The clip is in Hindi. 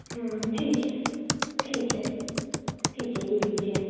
ठीक है ठीक है ठीक है ले लीजिए